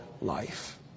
life